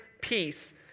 peace